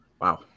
Wow